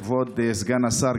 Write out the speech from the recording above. כבוד סגן השר,